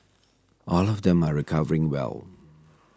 all of them are recovering well